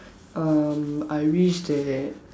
um I wish that